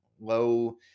low